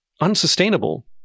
unsustainable